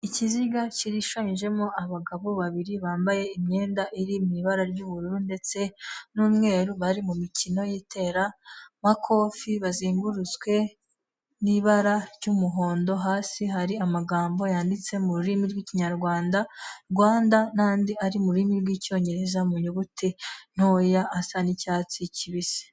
Ikiziga kirishushanyijemo abagabo babiri bambaye imyenda iri mu ibara ry'ubururu ndetse n'umweru, bari mu mikino y'iteramakofe, bazengurutswe n'ibara ry'umuhondo, hasi hari amagambo yanditse mu rurimi rw'ikinyarwanda, Rwanda, n'andi ari rurimi rw'icyongereza mu nyuguti ntoya, asa n'icyatsi kibisi.